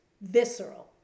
visceral